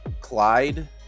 Clyde